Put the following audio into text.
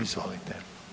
Izvolite.